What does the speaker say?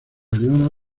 leona